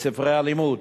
בספרי הלימוד,